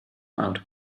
out